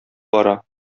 бара